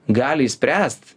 gali išspręst